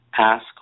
ask